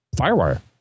Firewire